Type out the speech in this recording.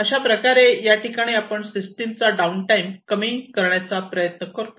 अशाप्रकारे याठिकाणी आपण सिस्टीम चा डाऊन टाईम कमी करण्याचा प्रयत्न करतो